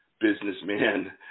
businessman